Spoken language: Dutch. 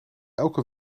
elke